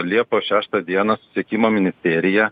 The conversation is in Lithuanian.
liepos šeštą dieną susiekimo ministerija